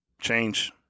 change